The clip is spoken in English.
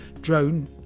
drone